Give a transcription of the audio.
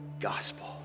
gospel